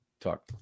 Talk